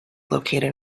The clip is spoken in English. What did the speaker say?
located